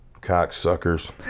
Cocksuckers